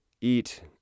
eat